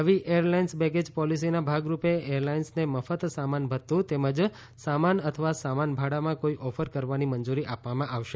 નવી airlines baggage પોલિસીના ભાગ રૂપે એરલાઇન્સને મફત સામાન ભથ્થું તેમજ સામાન અથવા સામાન ભાડામાં કોઈ ઓફર કરવાની મંજૂરી આપવામાં આવશે